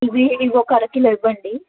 ఇవి ఇవి ఒక అర కిలో ఇవ్వండి